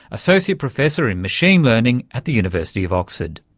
associate professor in machine learning at the university of oxford.